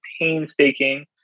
painstaking